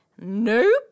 nope